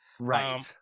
right